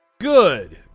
good